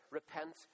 repent